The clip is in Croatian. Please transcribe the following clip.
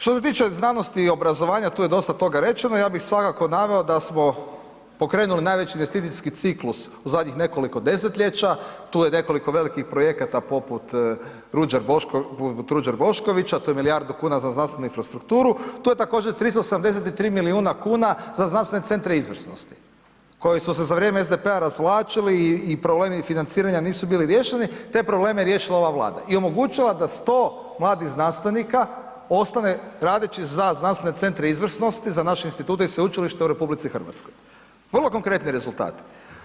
Što se tiče znanosti i obrazovanja, tu je dosta toga rečeno, ja bi svakako naveo da smo pokrenuli najveći investicijski ciklus u zadnjih nekoliko desetljeća, tu je nekoliko velikih projekata poput Ruđer Boškovića, to je milijardu kuna za znanstvenu infrastrukturu, to je također 373 milijuna kuna za znanstvene centre izvrsnosti koji su se za vrijeme SDP-a razvlačili i problemi financiranja nisu bili riješeni, te probleme je riješila ova Vlada i omogućila da 100 mladih znanstvenika ostane radeći za znanstvene centre izvrsnosti, za naše institute i sveučilišta u RH, vrlo konkretni rezultati.